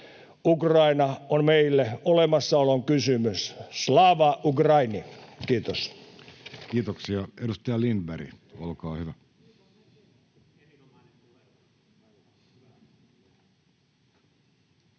Ukraina on meille olemassaolon kysymys. Slava Ukraini! — Kiitos. Kiitoksia. — Edustaja Lindberg, olkaa hyvä. Arvoisa